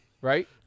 Right